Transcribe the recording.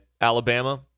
Alabama